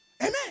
Amen